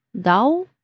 Dao